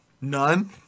None